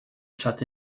stadt